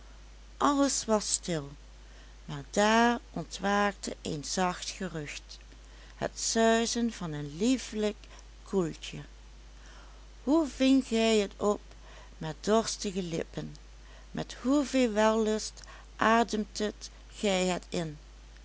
alles was stil maar daar ontwaakte een zacht gerucht het suizen van een liefelijk koeltje hoe vingt gij het op met dorstige lippen met hoeveel wellust ademdet gij het in